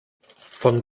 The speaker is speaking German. von